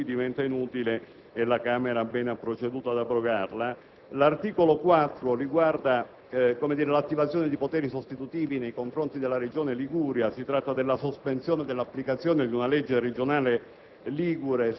questione. La norma è dunque diventata inutile e la Camera dei deputati ha fatto bene a sopprimerla. L'articolo 4 riguarda l'attivazione di poteri sostitutivi nei confronti della Regione Liguria. Si tratta della sospensione dell'applicazione di una legge regionale